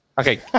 Okay